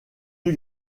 new